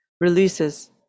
releases